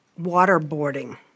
Waterboarding